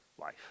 life